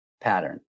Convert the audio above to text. pattern